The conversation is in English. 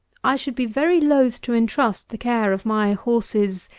i should be very loth to intrust the care of my horses,